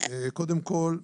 קודם כל,